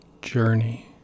journey